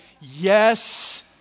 yes